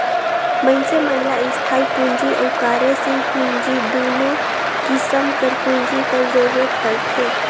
मइनसे मन ल इस्थाई पूंजी अउ कारयसील पूंजी दुनो किसिम कर पूंजी कर जरूरत परथे